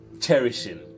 cherishing